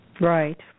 Right